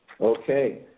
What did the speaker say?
Okay